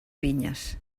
vinyes